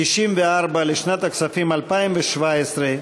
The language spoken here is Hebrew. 94 לשנת הכספים 2017,